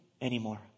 anymore